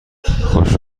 خوش